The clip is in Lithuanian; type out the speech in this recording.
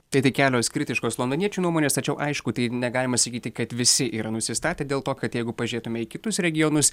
tai tik kelios kritiškos londoniečių nuomonės tačiau aišku tai negalima sakyti kad visi yra nusistatę dėl to kad jeigu pažiūrėtume į kitus regionus